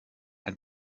and